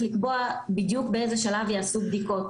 לקבוע בדיוק באיזה שלב ייעשו בדיקות?